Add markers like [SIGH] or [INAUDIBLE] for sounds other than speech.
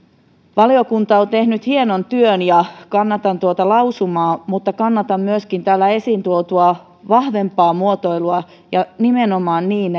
valiokunta on tehnyt hienon työn ja kannatan tuota lausumaa mutta kannatan myöskin täällä esiin tuotua vahvempaa muotoilua ja nimenomaan niin [UNINTELLIGIBLE]